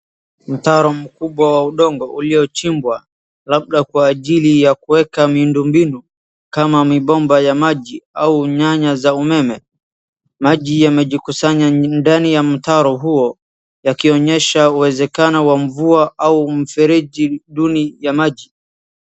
Mtaro mkubwa wa udongo uliochimbwa, labda kwa ajili ya kuweka miundo mbinu, kama mibomba ya maji au nyaya za umeme, maji yamejikusanya ndani ya mtaro huo yakionyesha uwezekano wa mvua au mfereji duni ya maji.